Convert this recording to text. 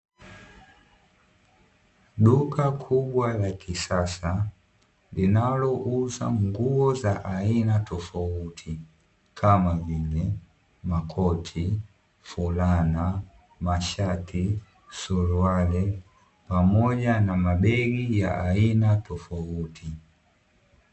Duka kubwa la kisasa, linalouza nguo za aina tofauti, kama vile makoti, fulana, mashati, suruali pamoja na mabegi aina tofauti.